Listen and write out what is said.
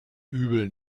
übel